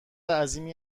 عظیمی